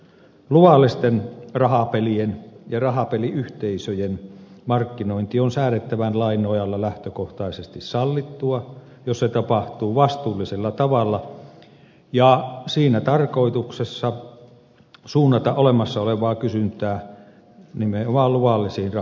luvallisten rahapelien ja rahapeliyhteisöjen markkinointi on säädettävän lain nojalla lähtökohtaisesti sallittua jos se tapahtuu vastuullisella tavalla ja siinä tarkoituksessa suunnata olemassa olevaa kysyntää nimenomaan luvallisiin rahapeleihin